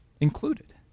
included